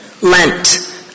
Lent